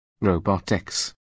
robotics